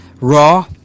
Raw